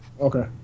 Okay